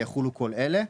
ויחולו כל אלה: